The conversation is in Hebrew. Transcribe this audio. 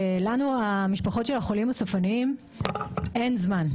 לנו, המשפחות של החולים הסופניים, אין זמן.